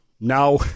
now